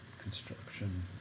construction